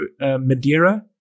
Madeira